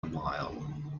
mile